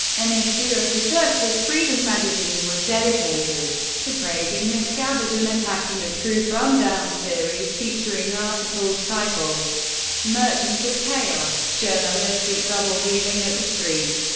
an issue of the church's freedom magazine was dedicated to praising miscavige and attacking the truth rundown series, featuring articles titled merchants of chaos journalistic double-dealing at the st.